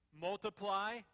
multiply